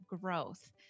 growth